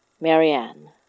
Marianne